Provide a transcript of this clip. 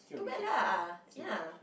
too bad lah ya